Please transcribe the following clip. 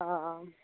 অঁ